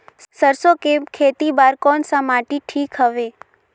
सरसो के खेती बार कोन सा माटी ठीक हवे?